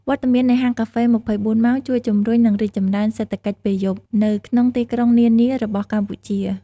វត្តមាននៃហាងកាហ្វេ ២៤ ម៉ោង ជួយ ជំរុញ និងរីកចម្រើន "សេដ្ឋកិច្ចពេលយប់" នៅក្នុងទីក្រុងនានារបស់កម្ពុជា។